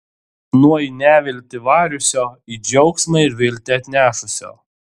nuo į neviltį variusio į džiaugsmą ir viltį atnešusio